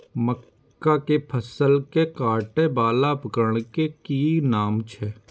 मक्का के फसल कै काटय वाला उपकरण के कि नाम छै?